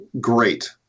great